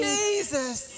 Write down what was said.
Jesus